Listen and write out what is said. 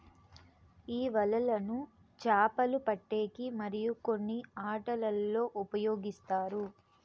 ఈ వలలను చాపలు పట్టేకి మరియు కొన్ని ఆటలల్లో ఉపయోగిస్తారు